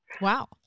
Wow